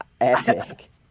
epic